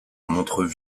montreux